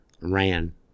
ran